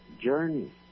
journey